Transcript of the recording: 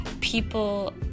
people